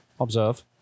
observe